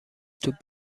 توپ